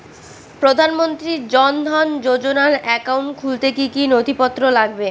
প্রধানমন্ত্রী জন ধন যোজনার একাউন্ট খুলতে কি কি নথিপত্র লাগবে?